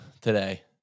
today